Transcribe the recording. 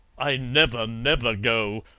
i never, never go!